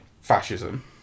fascism